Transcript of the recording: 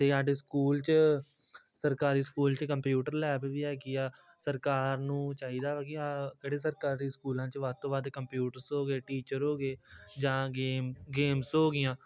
ਅਤੇ ਸਾਡੇ ਸਕੂਲ 'ਚ ਸਰਕਾਰੀ ਸਕੂਲ 'ਚ ਕੰਪਿਊਟਰ ਲੈਬ ਵੀ ਹੈਗੀ ਆ ਸਰਕਾਰ ਨੂੰ ਚਾਹੀਦਾ ਵਾ ਕਿ ਆਹ ਜਿਹੜੇ ਸਰਕਾਰੀ ਸਕੂਲਾਂ 'ਚ ਵੱਧ ਤੋਂ ਵੱਧ ਕੰਪਿਊਟਰਸ ਹੋ ਗਏ ਟੀਚਰ ਹੋ ਗਏ ਜਾਂ ਗੇਮ ਗੇਮਸ ਹੋ ਗਈਆਂ